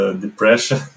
depression